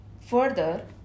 further